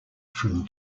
from